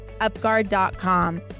UpGuard.com